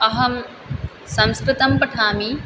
अहं संस्कृतं पठामि